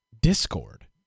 Discord